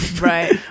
Right